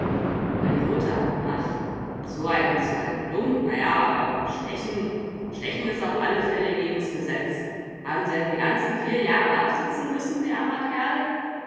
über die mutter ach so ein so ein lump na ja aber stechen stechen is auf alle fälle gegen's gesetz haben sie denn die ganzen vier jahre absitzen müssen sie armer kerl